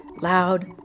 loud